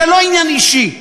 זה לא עניין אישי.